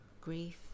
grief